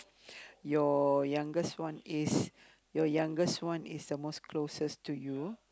your youngest one is your youngest one is the most closest to you